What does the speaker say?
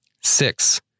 Six